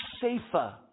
safer